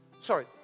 Sorry